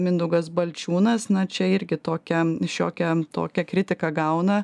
mindaugas balčiūnas na čia irgi tokią šiokia tokią kritiką gauna